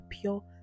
pure